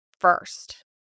first